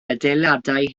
adeiladau